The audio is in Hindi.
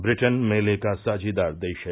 ब्रिटेन मेले का साझीदार देश है